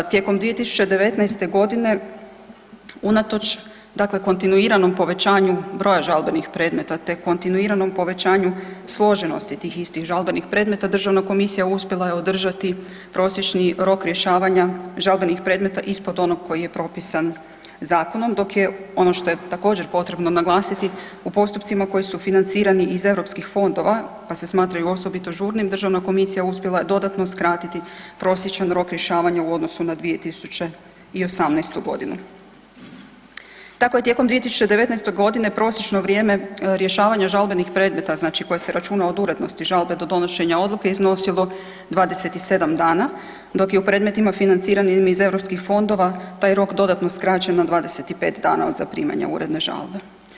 Tijekom 2019.g. unatoč dakle kontinuiranom povećanju broja žalbenih predmeta, te kontinuiranom povećanju složenosti tih istih žalbenih predmeta državna komisija uspjela je održati prosječni rok rješavanja žalbenih predmeta ispod onog koji je propisan zakonom, dok je ono što je također potrebno naglasiti, u postupcima koji su financirani iz europskih fondova, pa se smatraju osobito žurnim, državna komisija uspjela je dodatno skratiti prosječan rok rješavanja u odnosu na 2018.g. Tako je tijekom 2019.g. prosječno vrijeme rješavanja žalbenih predmeta, znači koje se računa od urednosti žalbe do donošenja odluke iznosilo 27 dana, dok je u predmetima financiranim iz europskih fondova taj rok dodatno skraćen na 25 dana od zaprimanja uredne žalbe.